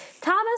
Thomas